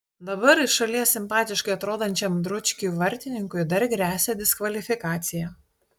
dabar iš šalies simpatiškai atrodančiam dručkiui vartininkui dar gresia diskvalifikacija